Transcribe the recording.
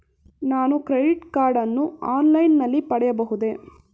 ನಾನು credit card ಅನ್ನು online ನಲ್ಲಿ ಪಡೆಯಬಹುದೇ?